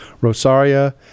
Rosaria